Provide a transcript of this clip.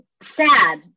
sad